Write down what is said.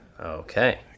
Okay